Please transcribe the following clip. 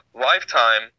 lifetime